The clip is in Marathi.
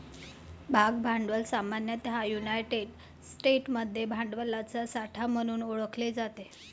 भाग भांडवल सामान्यतः युनायटेड स्टेट्समध्ये भांडवलाचा साठा म्हणून ओळखले जाते